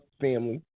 family